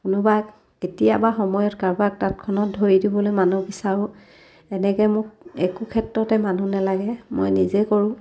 কোনোবা কেতিয়াবা সময়ত কাৰোবাক তাঁতখনত ধৰি দিবলৈ মানুহ বিচাৰোঁ এনেকৈ মোক একো ক্ষেত্ৰতে মানুহ নালাগে মই নিজে কৰোঁ